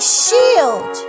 shield